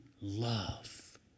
love